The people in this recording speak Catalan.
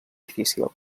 difícil